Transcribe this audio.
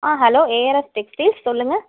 ஆ hello ARS textiles சொல்லுங்கள்